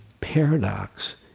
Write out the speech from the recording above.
paradox